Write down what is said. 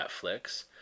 Netflix